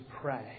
pray